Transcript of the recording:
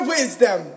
Wisdom